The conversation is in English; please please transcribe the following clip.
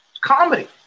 comedy